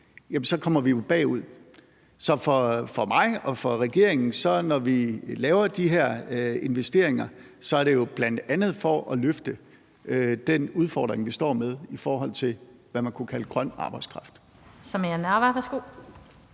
så kommer vi bagud. Så for mig og for regeringen er det, når vi laver de her investeringer, bl.a. for at løfte den udfordring, vi står med, i forhold til hvad man kunne kalde grøn arbejdskraft.